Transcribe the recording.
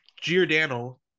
Giordano